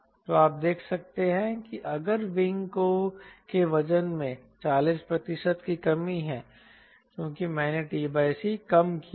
तो आप देख सकते हैं कि अगर विंग के वजन में 40 प्रतिशत की कमी है क्योंकि मैंने t c कम किया है